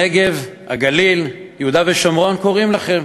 הנגב, הגליל, יהודה ושומרון קוראים לכם.